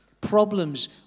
Problems